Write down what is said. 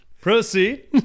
Proceed